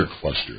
cluster